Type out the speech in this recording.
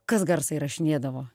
kas garsą įrašinėdavo